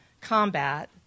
combat